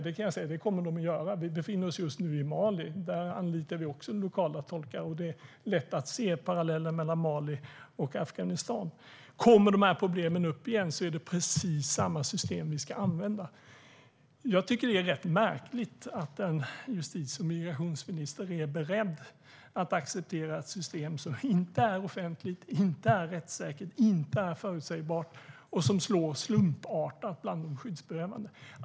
Det kan jag säga att det kommer den att göra. Vi befinner oss just nu i Mali. Där anlitar vi också lokala tolkar, och det är lätt att se paralleller mellan Mali och Afghanistan. Kommer de här problemen upp igen är det precis samma system vi ska använda. Jag tycker att det är rätt märkligt att en justitie och migrationsminister är beredd att acceptera ett system som inte är offentligt, inte är rättssäkert, inte är förutsägbart och som slår slumpartat bland de skyddsbehövande.